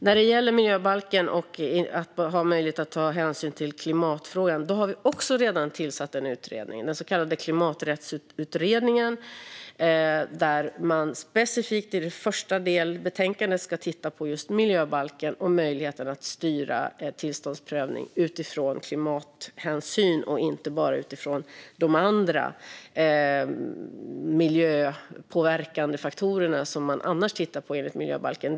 När det gäller miljöbalken och att ha möjlighet att ta hänsyn till klimatfrågan har vi också redan tillsatt en utredning, den så kallade Klimaträttsutredningen, där man specifikt i det första delbetänkandet ska titta på just miljöbalken och möjligheten att styra tillståndsprövning utifrån klimathänsyn och inte bara utifrån de andra miljöpåverkande faktorer som man annars tittar på enligt miljöbalken.